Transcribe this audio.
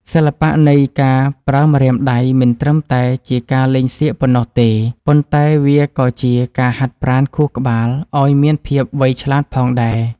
សិល្បៈនៃការប្រើម្រាមដៃមិនត្រឹមតែជាការលេងសៀកប៉ុណ្ណោះទេ ប៉ុន្តែ វាក៏ជាការហាត់ប្រាណខួរក្បាលឱ្យមានភាពវៃឆ្លាតផងដែរ។